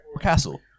Castle